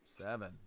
Seven